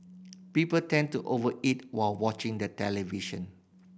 people tend to over eat while watching the television